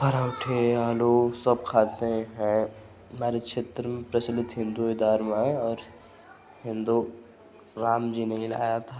पराठे आलू सब खाते हैं हमारे क्षेत्र में प्रचलित हिन्दू धर्म है और हिन्दू राम जी ने ही लाए थे